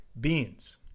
beans